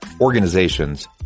organizations